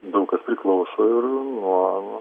daug kas priklauso ir nuo